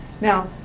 Now